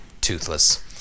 toothless